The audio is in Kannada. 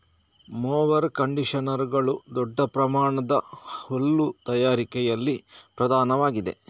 ಮೊವರ್ ಕಂಡಿಷನರುಗಳು ದೊಡ್ಡ ಪ್ರಮಾಣದ ಹುಲ್ಲು ತಯಾರಿಕೆಯಲ್ಲಿ ಪ್ರಧಾನವಾಗಿವೆ